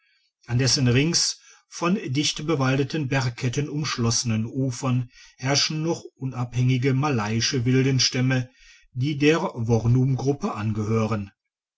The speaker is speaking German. an dessen rings von dicht bewaldeten bergketten umschlossenen ufern herrschen noch unabhängige malayische wildstämme die der vonumgruppe angehören